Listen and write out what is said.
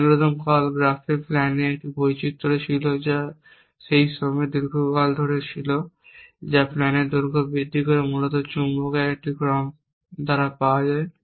algorithm call graph প্ল্যানে একটি বৈচিত্র্য ছিল যা সেই সময়ে দীর্ঘকাল ধরে এসেছিল যা প্ল্যানের দৈর্ঘ্য বৃদ্ধি করে মূলত চুম্বকের একটি ক্রম দ্বারা পাওয়া যায়